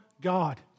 God